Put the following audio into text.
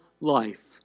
life